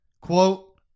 quote